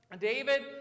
David